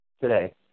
today